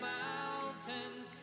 mountains